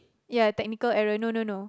ya technical error no no no